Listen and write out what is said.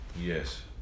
Yes